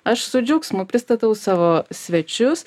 aš su džiaugsmu pristatau savo svečius